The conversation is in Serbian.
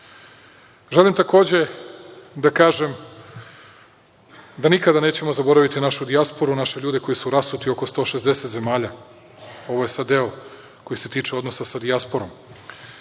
takođe da kažem da nikada nećemo zaboraviti našu dijasporu, naše ljude koji su rasuti u oko 160 zemalja. Ovo je sad deo koji se tiče odnosa sa dijasporom.